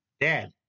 Dad